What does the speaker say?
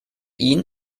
ihn